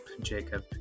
Jacob